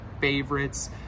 favorites